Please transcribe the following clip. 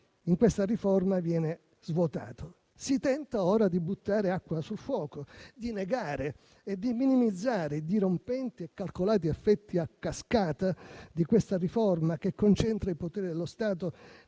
in questa riforma viene svuotato. Si tenta ora di buttare acqua sul fuoco, di negare e minimizzare dirompenti e calcolati effetti a cascata di questa riforma che concentra il potere dello Stato